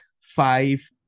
five